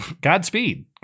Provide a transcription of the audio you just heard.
godspeed